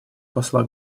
посла